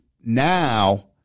now